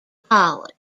college